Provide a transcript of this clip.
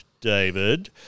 David